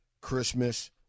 Christmas